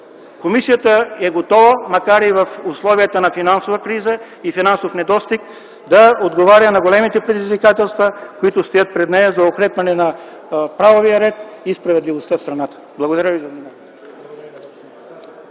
комисията е готова, макар и в условията на финансова криза и финансов недостиг, да отговаря на големите предизвикателства, които стоят пред нея за укрепване на правовия ред и законността в страната. Благодаря.